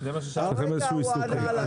הרגע הוא ענה.